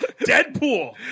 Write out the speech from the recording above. Deadpool